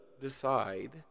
decide